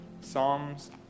Psalms